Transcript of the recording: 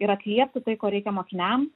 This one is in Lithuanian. ir atliepti tai ko reikia mokiniams